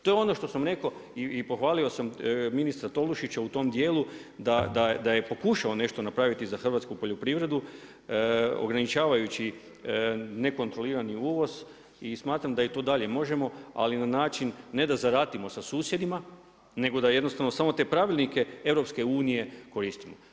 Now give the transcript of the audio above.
To je ono što sam rekao i pohvalio sam ministra Tolušića u tom dijelu da je pokušao nešto napraviti za hrvatsku poljoprivredu, ograničavajući nekontrolirani uvoz i smatram da to i dalje možemo, ali na način ne da zaratimo sa susjedima nego da jednostavno samo te pravilnike EU-a koristimo.